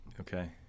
Okay